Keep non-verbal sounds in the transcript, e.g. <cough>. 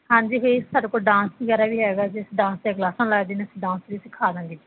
ਹਾਂਜੀ <unintelligible> ਜੀ ਸਾਡੇ ਕੋਲ ਡਾਂਸ ਵਗੈਰਾ ਵੀ ਹੈਗਾ ਜੀ ਅਸੀਂ ਡਾਂਸ ਦੀ ਕਲਾਸਾਂ ਲੱਗਦੀਆਂ ਨੇ ਜੀ ਅਸੀਂ ਡਾਂਸ ਵੀ ਸਿਖਾ ਦਾਂਗੇ ਜੀ